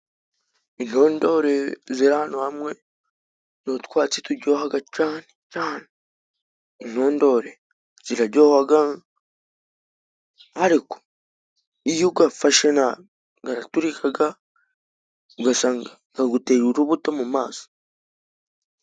Intondore ziri ahantu hamwe, ni utwatsi tujyohaga cane cane! Intondore, ziraryoga! Ariko iyo ugafashe nabi, karaturikaga ugasanga kaguteye urubuto mu maso.